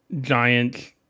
Giants